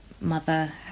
mother